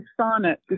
sonnet